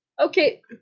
Okay